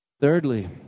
Thirdly